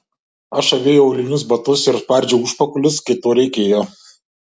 aš avėjau aulinius batus ir spardžiau užpakalius kai to reikėjo